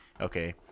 Okay